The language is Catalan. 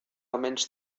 almenys